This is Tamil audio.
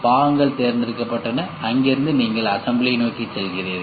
பாகங்கள் தேர்ந்தெடுக்கப்பட்டன அங்கிருந்து நீங்கள் அசம்பிளிகளை நோக்கிச் செல்கிறீர்கள்